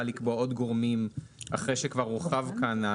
לקבוע עוד גורמים אחרי שכאן זה הורחב.